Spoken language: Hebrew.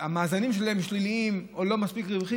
המאזנים שלהן שליליים או לא מספיק רווחיים,